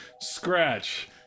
Scratch